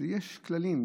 יש כללים,